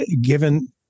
given